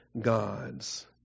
gods